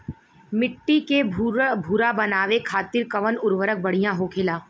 मिट्टी के भूरभूरा बनावे खातिर कवन उर्वरक भड़िया होखेला?